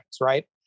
right